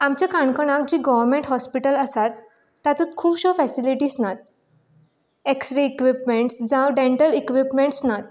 आमच्या काणकोणांत जी गव्हरमेंट हाॅस्पिटल आसात तातूंत खुबश्यो फेसिलीटीस नात एक्स्रे इक्वीपमेन्ट्स जावं डेंटल इक्वीपमेन्ट्स नात